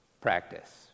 practice